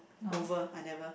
over I never